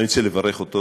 אני רוצה לברך אותו